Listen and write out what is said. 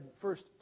first